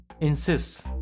insists